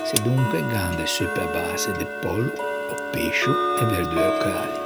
Sedonque gh'an de suppe a base de pollo e pescio e verdue locali